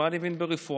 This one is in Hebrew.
מה אני מבין ברפואה?